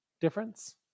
difference